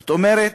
זאת אומרת,